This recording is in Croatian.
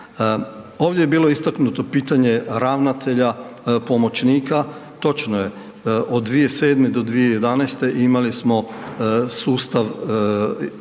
Ovdje je bilo istaknuto pitanje ravnatelja, pomoćnika, točno je, od 2007. do 2011. imali smo sustav, imali